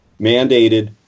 mandated